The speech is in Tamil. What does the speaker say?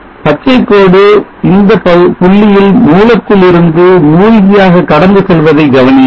பச்சைக்கோடு இந்த புள்ளியில் மூலத்திலிருந்து மூழ்கியாக கடந்து செல்வதை கவனியுங்கள்